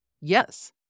yes